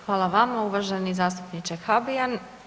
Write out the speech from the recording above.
Hvala vama uvaženi zastupniče Habijan.